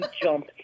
jump